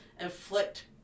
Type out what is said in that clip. ...inflict